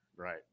Right